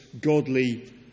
godly